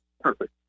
Perfect